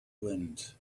wind